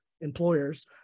employers